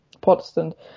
Protestant